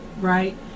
right